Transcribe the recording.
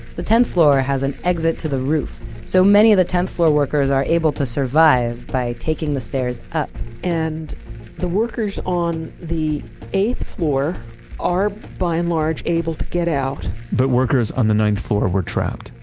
the tenth floor has an exit to the roof. so, many of the tenth floor workers are able to survive by taking the stairs up and the workers on the eighth floor are by and large able to get out but workers on the ninth floor were trapped.